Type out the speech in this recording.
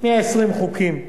120 חוקים.